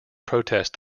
protest